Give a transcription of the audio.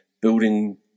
building